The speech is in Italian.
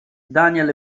daniel